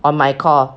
on my call